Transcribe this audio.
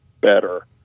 better